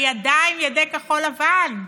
הידיים, ידי כחול לבן,